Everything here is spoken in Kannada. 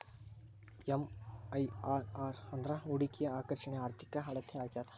ಎಂ.ಐ.ಆರ್.ಆರ್ ಅಂದ್ರ ಹೂಡಿಕೆಯ ಆಕರ್ಷಣೆಯ ಆರ್ಥಿಕ ಅಳತೆ ಆಗ್ಯಾದ